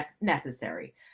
necessary